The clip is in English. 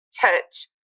touch